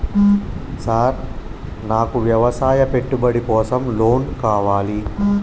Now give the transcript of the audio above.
Sir నాకు వ్యవసాయ పెట్టుబడి కోసం లోన్ కావాలి?